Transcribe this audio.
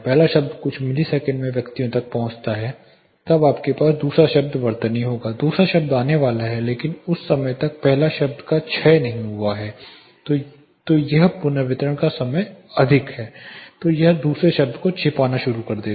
पहला शब्द कुछ मिलीसेकंड में व्यक्तियों तक पहुंचता है तब आपके पास दूसरा शब्द वर्तनी होगा दूसरा शब्द आने वाला है लेकिन उस समय तक जब पहला शब्द का क्षय नहीं हुआ है है या पुनर्वितरण का समय अधिक है तो यह दूसरे शब्द को छिपाना रू कर देगा